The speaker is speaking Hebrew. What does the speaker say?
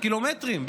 קילומטרים,